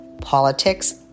politics